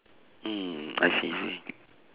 mm I see I see